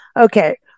okay